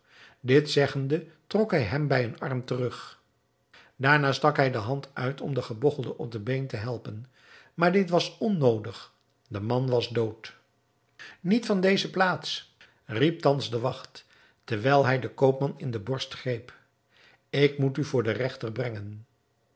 dit zeggende trok hij hem bij een arm terug daarna stak hij de hand uit om den gebogchelde op de been te helpen maar dit was onnoodig de man was dood niet van deze plaats riep thans de wacht terwijl hij den koopman in de borst greep ik moet u voor den regter brengen